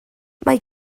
mae